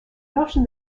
notion